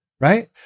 right